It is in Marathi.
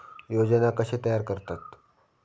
योजना कशे तयार करतात?